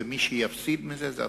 ומי שיפסיד מזה הוא הצרכן.